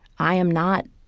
i am not